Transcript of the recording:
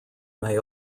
may